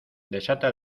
desata